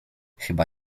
chyba